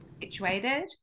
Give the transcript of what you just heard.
situated